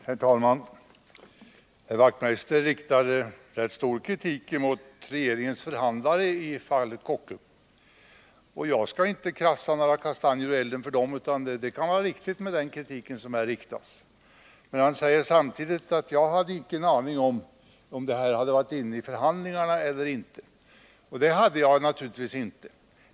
Herr talman! Knut Wachtmeister riktade ganska kraftig kritik mot regeringens förhandlare i fallet Kockum, och jag skall inte krafsa några kastanjer ur elden för dem, för den kritiken kan vara riktig. Men Knut Wachtmeister säger samtidigt att jag icke hade en aning om huruvida den här frågan hade varit med i förhandlingarna eller inte. Det hade jag naturligtvis inte.